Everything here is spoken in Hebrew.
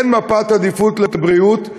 אין מפת עדיפות לבריאות,